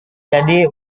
jadi